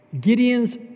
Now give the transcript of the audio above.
Gideon's